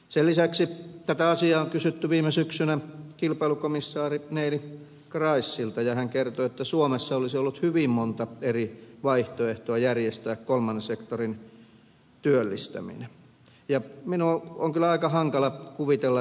sen lisäksi tätä asiaa on kysytty viime syksynä kilpailukomissaari neelie kroesilta ja hän kertoi että suomessa olisi ollut hyvin monta eri vaihtoehtoa järjestää kolmannen sektorin työllistäminen ja meno on kyllä aika hankala kuvitella